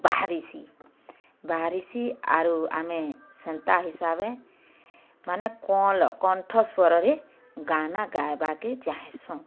ଭାରିସିଁ ବାହାରିସିଁ ଆରୁ ଆମେ ସେନ୍ତା ହିସାବେ ମାନେ କଁଳ କଣ୍ଠ ସ୍ଵରରେ ଗାନା ଗାଇବାକେ ଚାହେଁସୁଁ